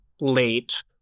late